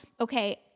okay